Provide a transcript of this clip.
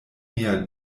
mia